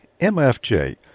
MFJ